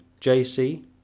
JC